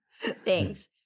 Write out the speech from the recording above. Thanks